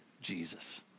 Jesus